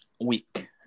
week